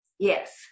Yes